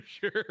sure